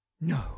no